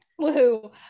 woohoo